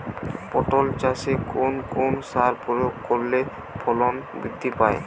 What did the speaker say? পটল চাষে কোন কোন সার প্রয়োগ করলে ফলন বৃদ্ধি পায়?